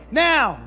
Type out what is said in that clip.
now